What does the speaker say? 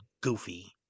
goofy